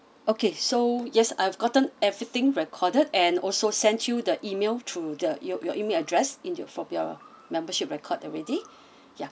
okay so yes I've gotten everything recorded and also sent you the email through the your your email address in your from your membership record already ya